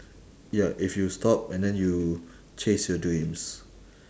ya if you stop and then you chase your dreams